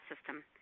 system